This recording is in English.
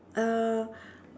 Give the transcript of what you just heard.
uh